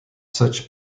such